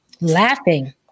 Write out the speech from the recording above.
laughing